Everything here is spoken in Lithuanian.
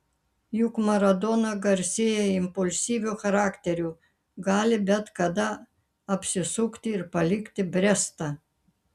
juk maradona garsėja impulsyviu charakteriu gali bet kada apsisukti ir palikti brestą